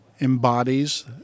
embodies